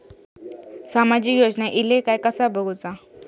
सामाजिक योजना इले काय कसा बघुचा?